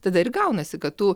tada ir gaunasi kad tu